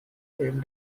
same